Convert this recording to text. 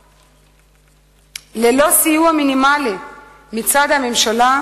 ללא סיוע מינימלי מצד הממשלה,